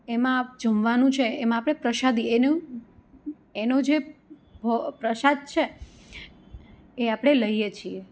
એમાં જમવાનું છે એમાં આપણે પ્રસાદી એનું એનું જે પ્રસાદ છે એ આપણે લઈએ છીએ